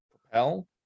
Propel